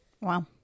Wow